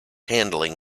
handling